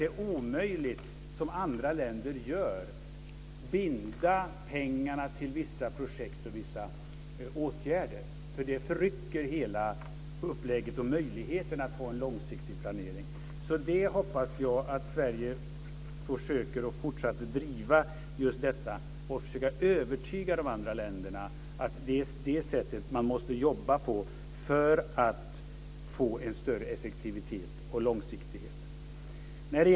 Det är omöjligt att, som andra länder gör, binda pengarna till vissa projekt och vissa åtgärder. Det förrycker hela upplägget och möjligheten att ha en långsiktig planering. Jag hoppas att Sverige fortsätter att driva detta och försöker att övertyga de andra länderna om att det är det sättet man måste jobba på för att få en större effektivitet och långsiktighet.